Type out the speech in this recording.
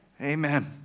Amen